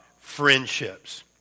friendships